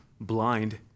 blind